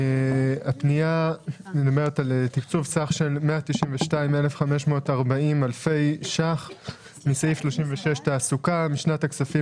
הפנייה מדברת על תקצוב סך של 192,540 אלפי ₪ משנת הכספים